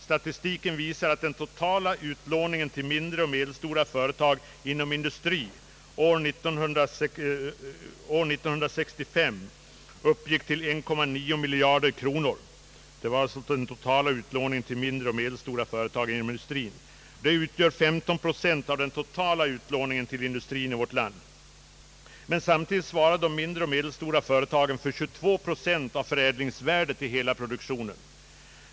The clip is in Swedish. Statistiken visar att den totala utlåningen till mindre och medelstora företag inom industrin år 1965 uppgick till 1,9 miljard kronor eller 15 procent av den totala utlåningen till industrin i vårt land. Samtidigt svarar de mindre och medelstora företagen för 22 procent av hela produktionens förädlingsvärde.